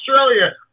Australia